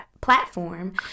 platform